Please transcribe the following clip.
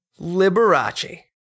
Liberace